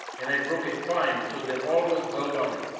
and i broke it fine so that all was well guarded.